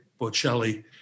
Bocelli